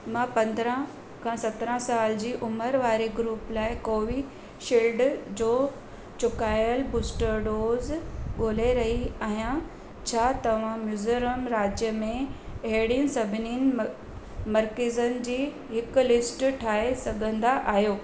मां पंद्रहां खां सत्रहां साल जी उमिरि वारे ग्रूप लाइ कोवीशील्ड जो चुकायल बूस्टर डोज़ ॻोल्हे रही आहियां छा तव्हां मिज़ोरम राज्य में अहिड़नि सभिनिनि मर्कज़नि जी हिकु लिस्ट ठाहे सघंदा आहियो